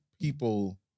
people